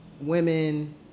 women